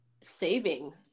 saving